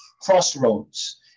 crossroads